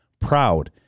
proud